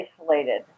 isolated